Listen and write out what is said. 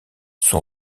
son